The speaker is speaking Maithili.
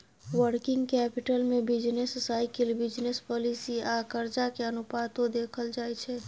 वर्किंग कैपिटल में बिजनेस साइकिल, बिजनेस पॉलिसी आ कर्जा के अनुपातो देखल जाइ छइ